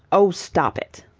oh, stop it!